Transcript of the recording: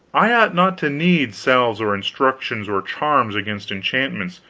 i ought not to need salves or instructions, or charms against enchantments,